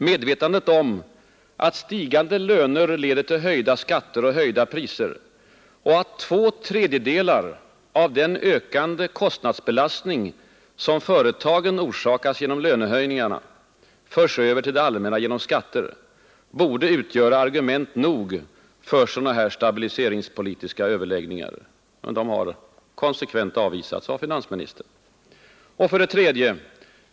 Medvetandet om att stigande löner leder till höjda skatter och höjda priser och att två tredjedelar av den ökande kostnadsbelastning som företagen orsakas genom lönehöjningarna förs över till det allmänna genom skatter borde utgöra argument nog för sådana stabiliseringspolitiska överläggningar, men de har konsekvent avvisats av finansministern. 3.